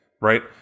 right